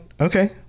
Okay